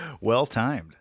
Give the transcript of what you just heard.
Well-timed